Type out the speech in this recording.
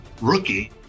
rookie